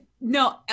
no